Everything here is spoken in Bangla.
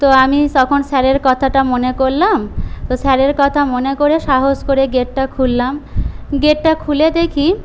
তো আমি তখন স্যারের কথাটা মনে করলাম তো স্যারের কথা মনে করে সাহস করে গেটটা খুললাম গেটটা খুলে দেখি